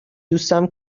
دوستم